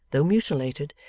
though mutilated,